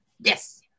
Yes